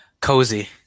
cozy